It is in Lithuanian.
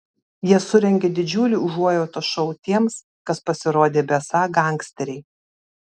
jie surengė didžiulį užuojautos šou tiems kas pasirodė besą gangsteriai